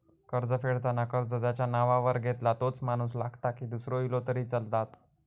कर्ज फेडताना कर्ज ज्याच्या नावावर घेतला तोच माणूस लागता की दूसरो इलो तरी चलात?